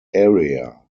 area